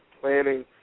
planning